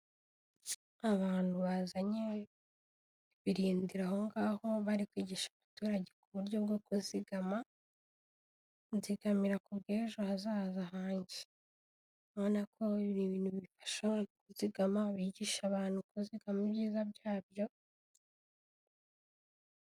Abantu bazanye ibirindiro aho ngaho bari kwigisha abaturage ku buryo bwo kuzigama, nzigamira ku bw'ejo hazaza hanjye urabona ko ari ibintu bifasha abantu kuzigama, bigisha abantu kuzigama ibyiza byabyo.